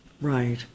Right